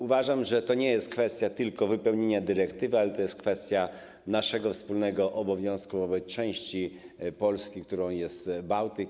Uważam, że to nie jest kwestia tylko wypełnienia dyrektywy, ale to jest kwestia naszego wspólnego obowiązku wobec części Polski, którą jest Bałtyk.